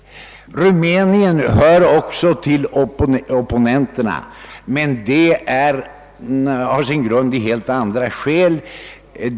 Rumänien hör också till opponenterna men av helt andra orsaker.